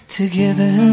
together